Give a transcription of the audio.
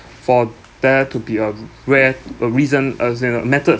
for there to be a re a reason as in a method